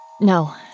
No